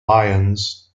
lions